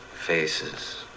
Faces